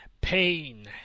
Pain